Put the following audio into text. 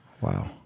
Wow